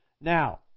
Now